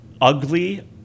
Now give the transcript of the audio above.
ugly